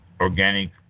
organic